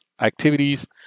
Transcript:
activities